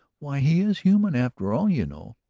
why, he is human, after all, you know.